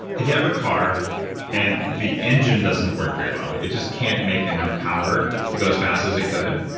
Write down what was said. if you have a car and the engine doesn't work very well, it it just can't make enough power to go as fast as it could,